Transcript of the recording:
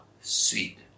sweet